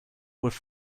with